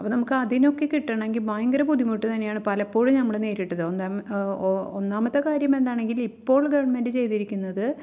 അപ്പം നമുക്ക് അതിനൊക്കെ കിട്ടണമെങ്കിൽ ഭയങ്കര ബുദ്ധിമുട്ട് തന്നെയാണ് പലപ്പോഴും നമ്മൾ നേരിട്ടത് ഒന്നാമത്തെ കാര്യം എന്താണെങ്കിൽ ഇപ്പോൾ ഗവണ്മെൻ്റ് ചെയ്തിരിക്കുന്നത്